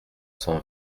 cent